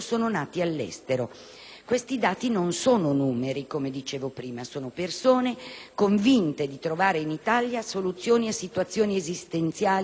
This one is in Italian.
Questi dati non sono numeri, come ho detto poc'anzi. Sono persone convinte di trovare in Italia soluzione a situazioni esistenziali insostenibili.